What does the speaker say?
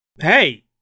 hey